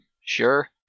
sure